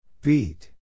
Beat